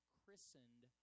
christened